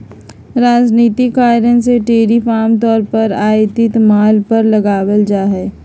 राजनीतिक कारण से टैरिफ आम तौर पर आयातित माल पर लगाल जा हइ